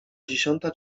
dziesiąta